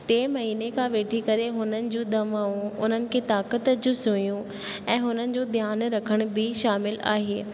टे महीने खां वठी करे हुननि जूं दवाऊं उन्हनि खे ताक़त जूं सुयूं ऐं हुननि जो ध्यानु रखण बि शामिलु आहे